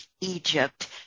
Egypt